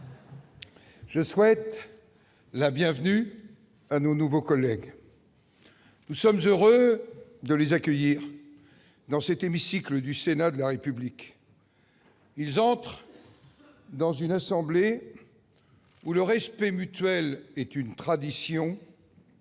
Je souhaite la bienvenue à nos nouveaux collègues. Nous sommes heureux de les accueillir dans cet hémicycle du Sénat de la République. Ils entrent dans une assemblée où le respect mutuel est une tradition,